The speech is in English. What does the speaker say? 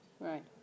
Right